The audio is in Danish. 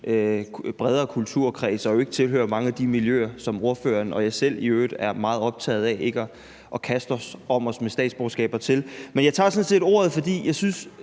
bredere kulturkreds og ikke tilhører mange af de miljøer, som ordføreren og jeg selv i øvrigt er meget optaget af ikke at kaste om os med statsborgerskaber til. Men jeg tager sådan set ordet, fordi jeg synes,